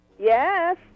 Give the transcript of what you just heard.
Yes